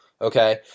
Okay